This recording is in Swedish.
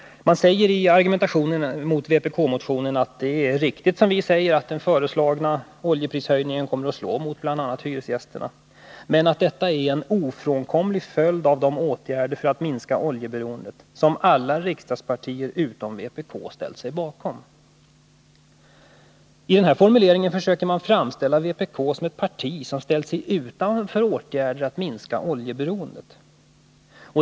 Man säger i argumentationen mot vpk-motionen att det är riktigt som vi säger att den föreslagna oljeprishöjningen kommer att slå mot bl.a. hyresgästerna men att detta är ”en ofrånkomlig följd av de åtgärder för att minska oljeberoendet som alla riksdagspartier utom vpk ställt sig bakom”. Med denna luddiga formulering försöker man framställa vpk som ett parti som har ställt sig utanför åtgärder för att minska oljeberoendet.